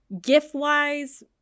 gift-wise